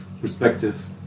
perspective